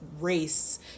race